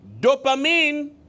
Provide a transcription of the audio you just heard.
Dopamine